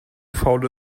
faule